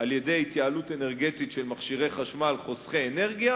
על-ידי התייעלות אנרגטית של מכשירי חשמל חוסכי אנרגיה.